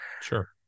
sure